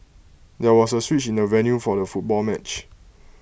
there was A switch in the venue for the football match